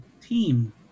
team